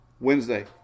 wednesday